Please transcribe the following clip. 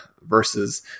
versus